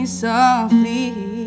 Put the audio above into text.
softly